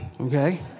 okay